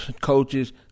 coaches